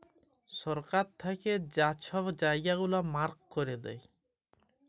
সরকার থ্যাইকে যা ছব জায়গা গুলা মার্ক ক্যইরে দেয়